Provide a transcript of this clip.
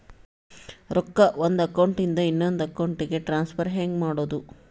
ರೊಕ್ಕ ಒಂದು ಅಕೌಂಟ್ ಇಂದ ಇನ್ನೊಂದು ಅಕೌಂಟಿಗೆ ಟ್ರಾನ್ಸ್ಫರ್ ಹೆಂಗ್ ಮಾಡೋದು?